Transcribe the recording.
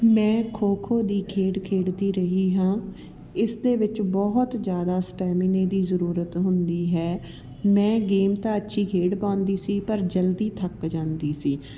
ਮੈਂ ਖੋ ਖੋ ਦੀ ਖੇਡ ਖੇਡਦੀ ਰਹੀ ਹਾਂ ਇਸਦੇ ਵਿੱਚ ਬਹੁਤ ਜ਼ਿਆਦਾ ਸਟੈਮੀਨੇ ਦੀ ਜ਼ਰੂਰਤ ਹੁੰਦੀ ਹੈ ਮੈਂ ਗੇਮ ਤਾਂ ਅੱਛੀ ਖੇਡ ਪਾਉਂਦੀ ਸੀ ਪਰ ਜਲਦੀ ਥੱਕ ਜਾਂਦੀ ਸੀ